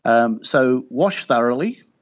um so, wash thoroughly,